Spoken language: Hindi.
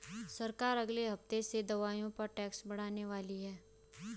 सरकार अगले हफ्ते से दवाइयों पर टैक्स बढ़ाने वाली है